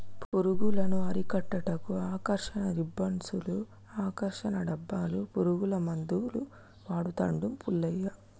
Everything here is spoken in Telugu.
పురుగులను అరికట్టుటకు ఆకర్షణ రిబ్బన్డ్స్ను, ఆకర్షణ డబ్బాలు, పురుగుల మందులు వాడుతాండు పుల్లయ్య